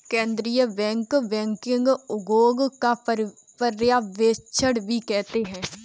केन्द्रीय bank banking उद्योग का पर्यवेक्षण भी करते हैं